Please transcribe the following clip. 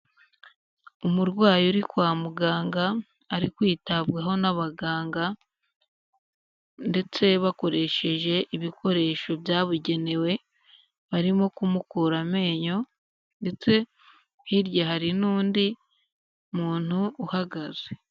Umurwayi uri kwa muganga ari kwitabwaho n'abaganga ndetse bakoresheje ibikoresho byabugenewe, barimo kumukura amenyo ndetse hirya hari n'undi muntu uhagaze.